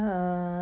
like